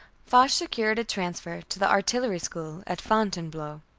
foch secured a transfer to the artillery school at fontainebleau.